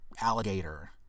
alligator